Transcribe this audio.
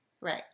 Right